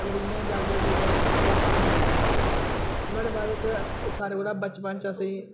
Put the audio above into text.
अगर इयां जाह्गे उठी ते ओह् फ्ही नेईं बनी सकदी ऐ नुहाडे़ बाद च सारे कोला बचपन च असेंगी